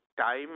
time